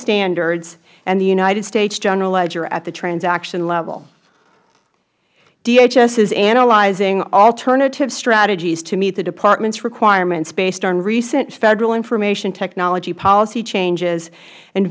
standards and the united states general ledger at the transaction level dhs is analyzing alternative strategies to meet the department's requirements based on recent federal information technology policy changes and